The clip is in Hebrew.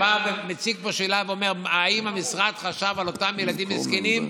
מציג פה שאלה ואומר: האם המשרד חשב על אותם ילדים מסכנים?